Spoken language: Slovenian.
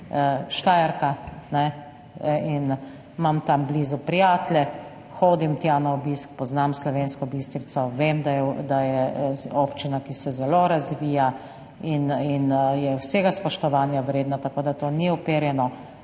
Štajerka in imam tam blizu prijatelje, hodim tja na obisk, poznam Slovensko Bistrico. Vem, da je občina, ki se zelo razvija in je vsega spoštovanja vredna, tako da to ni uperjeno